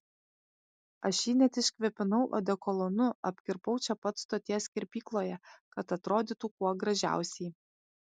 aš jį net iškvėpinau odekolonu apkirpau čia pat stoties kirpykloje kad atrodytų kuo gražiausiai